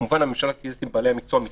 כמובן, הממשלה תתייעץ עם בעלי המקצוע מבחינתה.